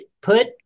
put